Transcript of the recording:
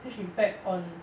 huge impact on